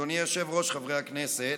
אדוני היושב-ראש, חברי הכנסת,